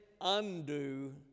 undo